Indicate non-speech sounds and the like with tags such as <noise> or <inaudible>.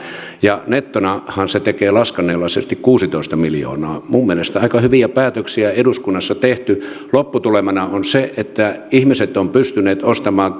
ja nettonahan se tekee laskennallisesti kuusitoista miljoonaa minun mielestäni aika hyviä päätöksiä on eduskunnassa tehty lopputulemana on se että ihmiset ovat pystyneet ostamaan <unintelligible>